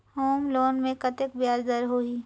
Home loan मे कतेक ब्याज दर होही?